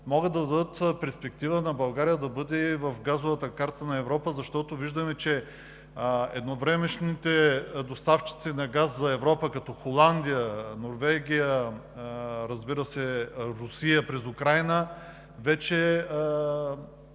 могат да дадат перспектива на България да бъде в газовата карта на Европа, защото виждаме, че едновремешните доставчици на газ за Европа като Холандия, Норвегия, разбира се, Русия през Украйна, вече